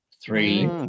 Three